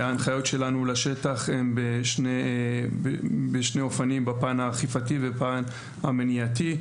ההנחיות שלנו לשטח הן בשני אופנים בפן האכפתי ובפן המניעתי.